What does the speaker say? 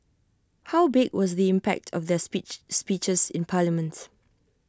how big was the impact of their speech speeches in parliament